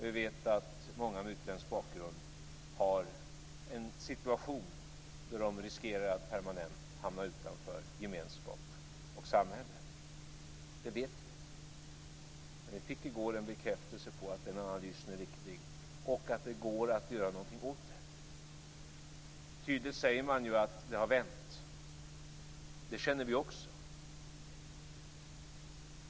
Vi vet att många med utländsk bakgrund har en situation där de riskerar att permanent hamna utanför gemenskap och samhälle. Det vet vi. Men vi fick i går en bekräftelse på att den analysen är riktig och att det går att göra någonting åt det. Man säger tydligt att det har vänt. Det känner vi också.